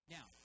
Now